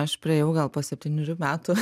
aš priėjau gal po septynerių metų